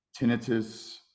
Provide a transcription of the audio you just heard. tinnitus